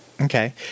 okay